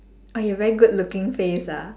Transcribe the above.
oh your very good looking face ah